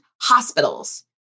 hospitals